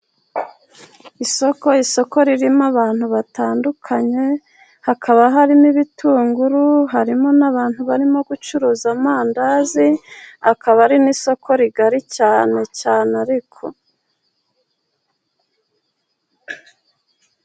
Isoko, isoko ririmo abantu batandukanye, hakaba harimo ibitunguru, harimo n'abantu barimo gucuruza amandazi, akaba ari n'isoko rigari cyane cyane ariko.